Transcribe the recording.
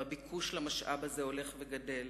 והביקוש למשאב הזה הולך וגדל.